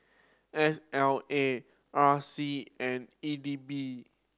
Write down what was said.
S L A R C and E D B